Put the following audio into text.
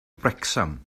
wrecsam